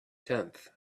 tenth